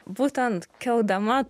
būtent keldama